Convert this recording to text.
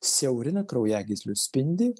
siaurina kraujagyslių spindį